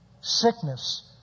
sickness